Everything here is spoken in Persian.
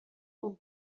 اون